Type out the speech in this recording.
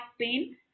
pain